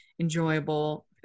enjoyable